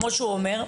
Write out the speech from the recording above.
כמו שהוא אומר,